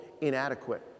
inadequate